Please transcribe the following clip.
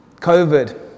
COVID